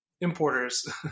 importers